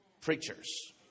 preachers